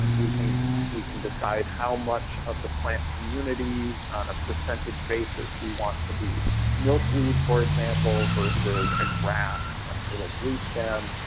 we can we can decide how much of the plant community, on a percentage basis, we want to be milkweed, for example, versus a grass like little bluestem.